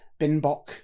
Binbok